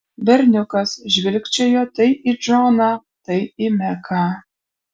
berniukas žvilgčiojo tai į džoną tai į meką